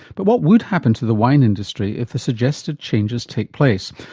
but what would happen to the wine industry if the suggested changes take place?